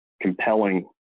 compelling